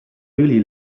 really